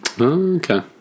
okay